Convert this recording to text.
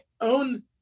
own